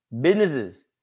Businesses